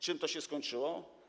Czym to się skończyło?